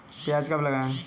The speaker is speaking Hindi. प्याज कब लगाएँ?